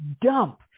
dump